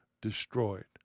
destroyed